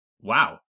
wow